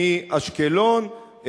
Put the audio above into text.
מאשקלון,